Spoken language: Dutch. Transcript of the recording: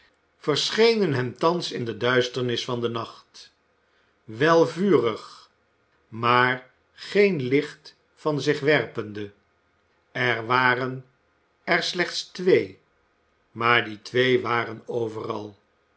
verschenen hem thans in de duisternis van den nacht wel vurig maar geen licht van zich werpende er waren er slechts twee maar die twee waren overal